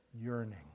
yearning